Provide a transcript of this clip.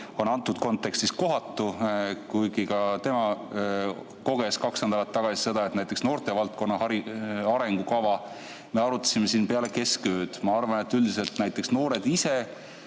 on antud kontekstis kohatu. Ka tema koges kaks nädalat tagasi seda, et näiteks noortevaldkonna arengukava me arutasime siin peale keskööd. Ma arvan, et noored ise,